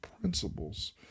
principles